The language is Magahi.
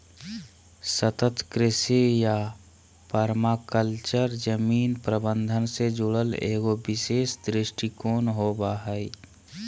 सतत कृषि या पर्माकल्चर जमीन प्रबन्धन से जुड़ल एगो विशेष दृष्टिकोण होबा हइ